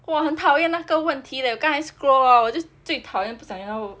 !wah! 很讨厌那个问题 leh 我刚才 scroll hor 最讨厌这种问题